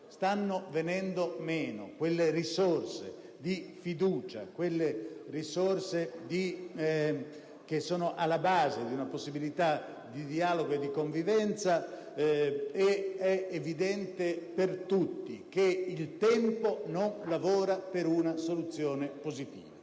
Stanno venendo meno quelle risorse di fiducia che sono alla base di una possibilità di dialogo e di convivenza, ed è evidente per tutti che il tempo non lavora per una soluzione positiva.